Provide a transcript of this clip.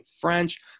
French